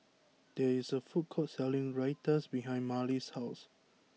there is a food court selling Raita behind Marlys' house